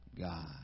God